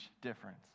difference